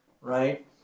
Right